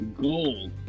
gold